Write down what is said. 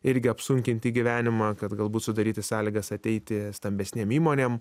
irgi apsunkinti gyvenimą kad galbūt sudaryti sąlygas ateiti stambesnėm įmonėm